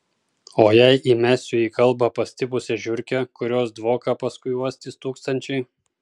o jei įmesiu į kalbą pastipusią žiurkę kurios dvoką paskui uostys tūkstančiai